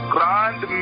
Grand